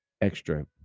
extra